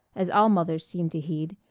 as all mothers seem to heed,